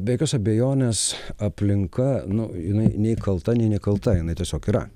be jokios abejonės aplinka nu jinai nei kalta nei nekalta jinai tiesiog yra